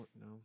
No